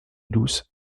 douce